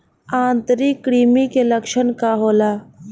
आंतरिक कृमि के लक्षण का होला?